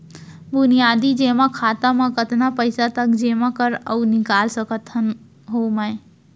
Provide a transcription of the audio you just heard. बुनियादी जेमा खाता म कतना पइसा तक जेमा कर अऊ निकाल सकत हो मैं?